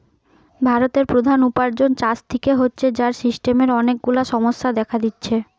ভারতের প্রধান উপার্জন চাষ থিকে হচ্ছে, যার সিস্টেমের অনেক গুলা সমস্যা দেখা দিচ্ছে